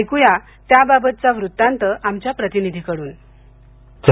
ऐकू या त्याबाबतचा वृत्तांत आमच्या प्रतिनिधीकड्रन